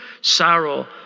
sorrow